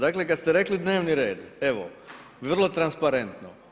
Dakle, kad ste rekli dnevni red, evo, vrlo transparentno.